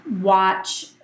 watch